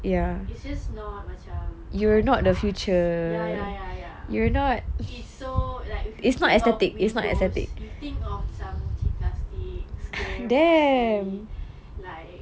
it's just not high class ya ya ya it's so like when you think of windows you think of cheap plastic square boxy like